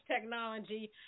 technology